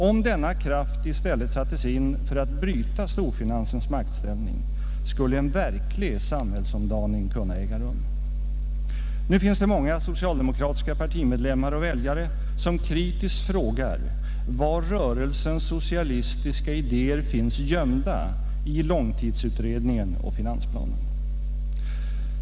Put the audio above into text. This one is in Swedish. Om denna kraft i stället sattes in för att bryta storfinansens maktställning, skulle en verklig samhällsomdaning kunna äga rum. Nu finns det många socialdemokratiska partimedlemmar och väljare som kritiskt frågar var rörelsens socialistiska idéer finns gömda i långtidsutredningen och finansplanen.